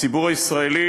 הציבור הישראלי,